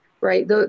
right